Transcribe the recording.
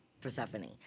Persephone